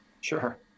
Sure